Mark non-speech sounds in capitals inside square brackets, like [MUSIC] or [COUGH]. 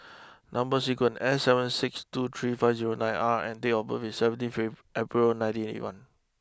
number sequence S seven six two three five zero nine R and date of birth is seventeen [UNINTELLIGIBLE] April nineteen eighty one